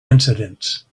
incidents